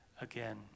again